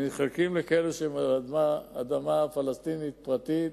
הם מתחלקים למאחזים כאלה שהם על אדמה פלסטינית פרטית,